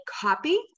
copy